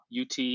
UT